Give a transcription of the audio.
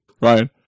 Ryan